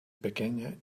pequeña